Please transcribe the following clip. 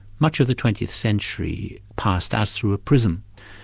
much of the twentieth century passed as through a prism.